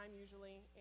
usually